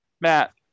Matt